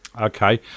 Okay